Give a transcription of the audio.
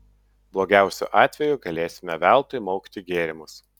blogiausiu atveju galėsime veltui maukti gėrimus